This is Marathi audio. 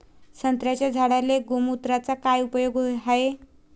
संत्र्याच्या झाडांले गोमूत्राचा काय उपयोग हाये?